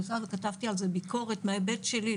וכתבתי על זה ביקורת מההיבט שלי,